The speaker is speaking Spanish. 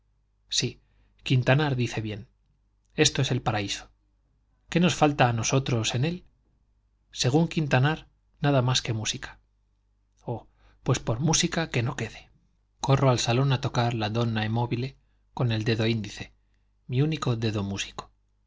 sí quintanar dice bien esto es el paraíso qué nos falta a nosotros en él según quintanar nada más que música oh pues por música que no quede corro al salón a tocar la donna é movile con el dedo índice mi único dedo músico